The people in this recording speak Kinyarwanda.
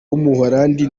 w’umuholandi